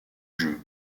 jeu